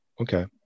Okay